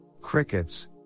crickets